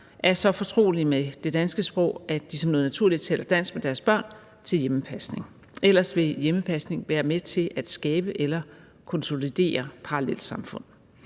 er så fortrolige med det danske sprog, at de som noget naturligt taler dansk med deres børn, til hjemmepasning. Ellers vil hjemmepasning være med til at skabe eller konsolidere parallelsamfund.